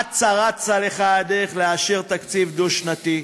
אצה רצה לך הדרך לאשר תקציב דו-שנתי,